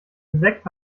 insekt